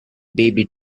baby